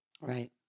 Right